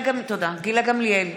(קוראת בשמות חברי הכנסת) גילה גמליאל,